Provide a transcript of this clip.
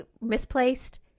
misplaced